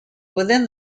within